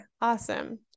Awesome